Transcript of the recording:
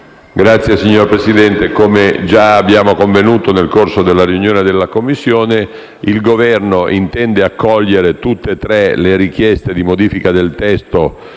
finanze*. Signor Presidente, come già abbiamo convenuto nel corso della riunione della Commissione, il Governo intende accogliere tutte e tre le richieste di modifica del testo